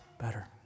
better